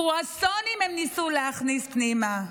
קרואסונים הם ניסו להכניס פנימה.